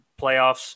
playoffs